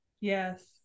yes